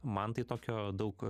man tai tokio daug